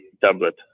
tablet